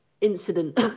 incident